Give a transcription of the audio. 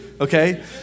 okay